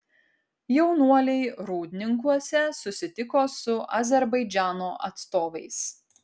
jaunuoliai rūdninkuose susitiko su azerbaidžano atstovais